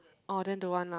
oh then don't want lah